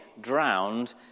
drowned